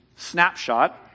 snapshot